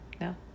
No